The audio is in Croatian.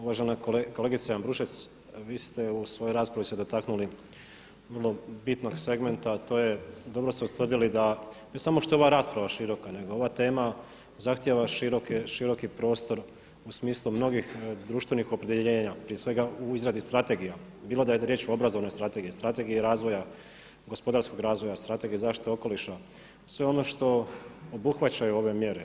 Uvažena kolegice Ambrušec, vi ste u svojoj raspravi se dotaknuli vrlo bitnog segmenta, a to je dobro ste ustvrdili da ne samo što je ova rasprava široka nego ova tema zahtjeva široki prostor u smislu mnogih društvenih opredjeljenja, prije svega u izradi strategija, bilo da je riječ o Obrazovnoj strategiji, Strategiji gospodarskog razvoja, Strategiji zaštite okoliša, sve ono što obuhvaćaju ove mjere.